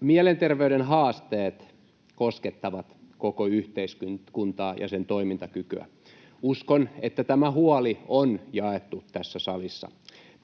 Mielenterveyden haasteet koskettavat koko yhteiskuntaa ja sen toimintakykyä. Uskon, että tämä huoli on jaettu tässä salissa.